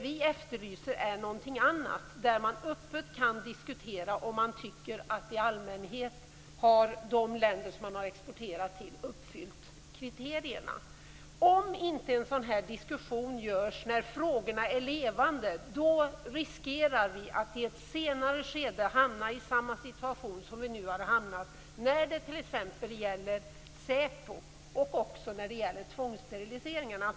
Vi efterlyser någonting annat, där man öppet kan diskutera om de länder man exporterat till har uppfyllt kriterierna i allmänhet. Om inte en sådan diskussion förs när frågorna är levande, riskerar vi att i ett senare skede hamna i samma situation som vi nu befinner oss i, t.ex. när det gäller säpo och tvångssteriliseringarna.